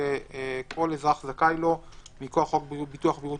שכל אזרח זכאי לו מכוח חוק בריאות ממלכתי.